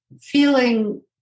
feeling